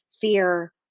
fear